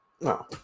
No